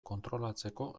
kontrolatzeko